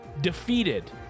defeated